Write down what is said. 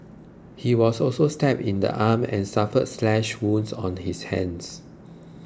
he was also stabbed in the arm and suffered slash wounds on his hands